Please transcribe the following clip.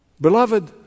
Beloved